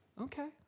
Okay